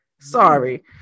sorry